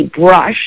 brush